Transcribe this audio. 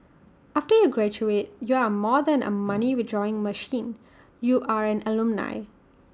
after you graduate you are more than A money withdrawing machine you are an alumni